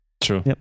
true